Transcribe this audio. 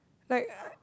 like I